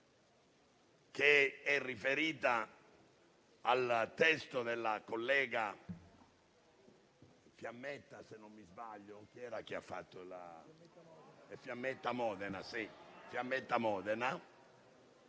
che è riferita al testo della collega Modena,